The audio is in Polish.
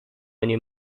nim